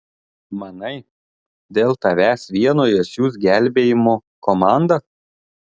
manai dėl tavęs vieno jie siųs gelbėjimo komandą